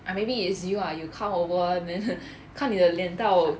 ah maybe it's you ah you come over then 看你的脸到